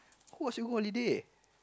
who ask you go holiday